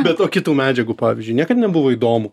bet o kitų medžiagų pavyzdžiui niekad nebuvo įdomu